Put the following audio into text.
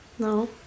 No